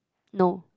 no